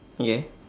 okay